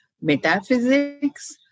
metaphysics